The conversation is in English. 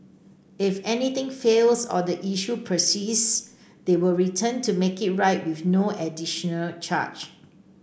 if anything fails or the issue persists they will return to make it right with no additional charge